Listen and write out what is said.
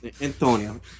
Antonio